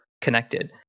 connected